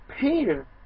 Peter